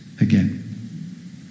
again